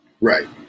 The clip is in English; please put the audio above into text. Right